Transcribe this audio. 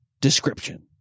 description